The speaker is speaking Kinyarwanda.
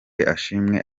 ashimwe